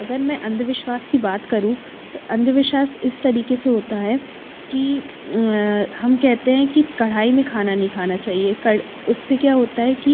अगर मैं अंधविश्वास की बात करूँ तो अंधविश्वास इस तरीके से होता है कि हम कहते हैं कि कढ़ाई में खाना नहीं खाना चाहिए उससे क्या होता है कि